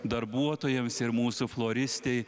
darbuotojams ir mūsų floristei